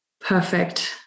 Perfect